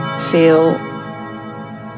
feel